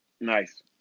Nice